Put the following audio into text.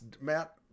Matt